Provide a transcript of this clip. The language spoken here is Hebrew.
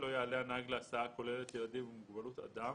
לא יעלה הנהג להסעה הכוללת ילדים עם מוגבלות אדם,